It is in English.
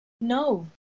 no